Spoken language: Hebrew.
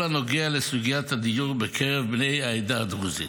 הנוגע לסוגיית הדיור בקרב בני העדה הדרוזית.